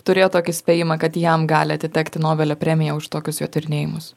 turėjot tokį spėjimą kad jam gali atitekti nobelio premija už tokius jo tyrinėjimus